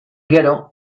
gero